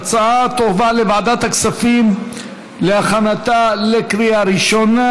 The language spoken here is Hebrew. ההצעה תועבר לוועדת הכספים להכנתה לקריאה הראשונה.